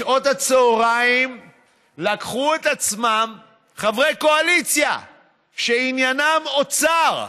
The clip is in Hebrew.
בשעות הצוהריים לקחו את עצמם חברי קואליציה שעניינם אוצר,